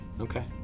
okay